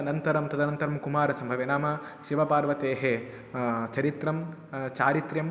अनन्तरं तदनन्तरं कुमारसम्भवे नाम शिवपार्वत्योः चरित्रं चारित्र्यं